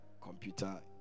computer